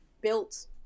built